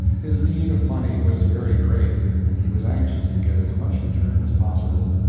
his need of money was very great and he was anxious to get as much return as possible,